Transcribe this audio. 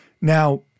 Now